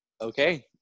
okay